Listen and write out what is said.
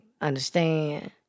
Understand